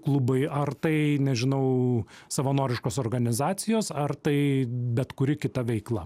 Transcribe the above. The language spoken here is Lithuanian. klubai ar tai nežinau savanoriškos organizacijos ar tai bet kuri kita veikla